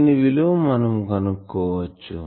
దీని విలువ మనము కనుక్కో వచ్చు